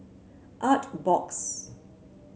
artbox